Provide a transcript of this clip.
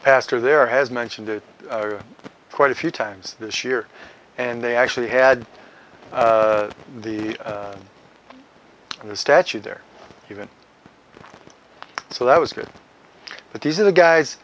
the pastor there has mentioned it quite a few times this year and they actually had the and the statue there even so that was good but these are the guys